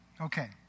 okay